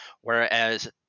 Whereas